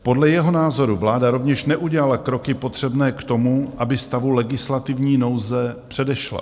Podle jeho názoru vláda rovněž neudělala kroky potřebné k tomu, aby stavu legislativní nouze předešla.